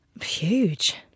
Huge